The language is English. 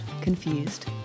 Confused